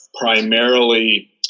primarily –